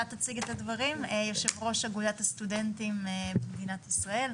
יושב-ראש אגודת הסטודנטים במדינת ישראל.